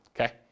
okay